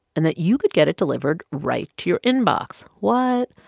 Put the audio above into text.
and that you could get it delivered right to your inbox? what?